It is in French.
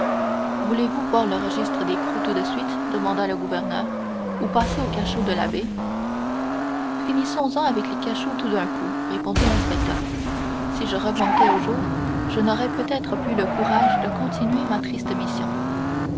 voulez-vous voir le registre d'écrou tout de suite demanda le gouverneur ou passer au cachot de l'abbé finissons-en avec les cachots tout d'un coup répondit l'inspecteur si je remontais au jour je n'aurais peut-être plus le courage de continuer ma triste mission